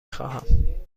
خواهم